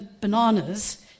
bananas